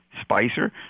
Spicer